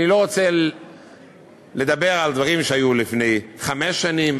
אני לא רוצה לדבר על דברים שהיו לפני חמש שנים,